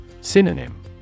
Synonym